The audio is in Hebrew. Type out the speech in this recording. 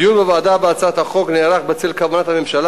הדיון בוועדה בהצעת החוק נערך בצל כוונת הממשלה